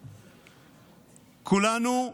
כולנו,